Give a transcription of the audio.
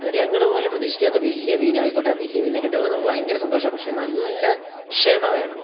എന്നിട്ട് ഞങ്ങൾ പോലും പ്രതീക്ഷിക്കാത്ത വലിയ മീനായിക്കോട്ടെ വലിയ മീനിനെ കിട്ടുമ്പോൾ നമുക്ക് ഭയങ്കര സന്തോഷമാണ് പക്ഷെ നല്ല ക്ഷമ വേണം